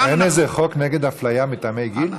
אין איזה חוק נגד אפליה מטעמי גיל?